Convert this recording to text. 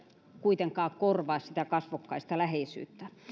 kuitenkaan korvaa sitä kasvokkaista läheisyyttä